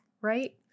right